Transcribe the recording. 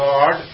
God